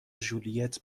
ژولیت